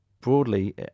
broadly